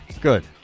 good